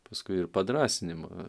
paskui ir padrąsinimą